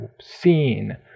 seen